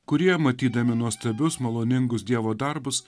kurie matydami nuostabius maloningus dievo darbus